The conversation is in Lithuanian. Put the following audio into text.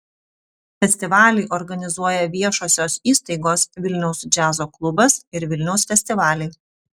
festivalį organizuoja viešosios įstaigos vilniaus džiazo klubas ir vilniaus festivaliai